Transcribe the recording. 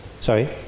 Sorry